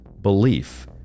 belief